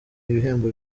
ibihembo